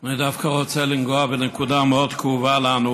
אני דווקא רוצה לנגוע בנקודה מאוד כאובה לנו,